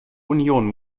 union